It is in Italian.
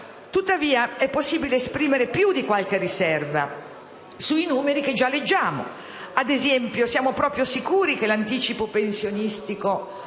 Tuttavia è possibile esprimere più di qualche riserva sui numeri che già leggiamo. Ad esempio, siamo proprio sicuri che l'anticipo pensionistico,